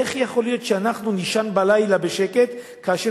איך יכול להיות שאנחנו נישן בלילה בשקט כאשר